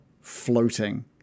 floating